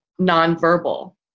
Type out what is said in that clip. nonverbal